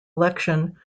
election